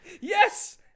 Yes